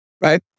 right